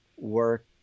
work